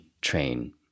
train